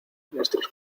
nuestros